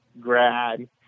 grad